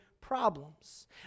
problems